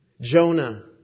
Jonah